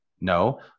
No